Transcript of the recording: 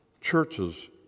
churches